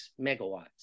megawatts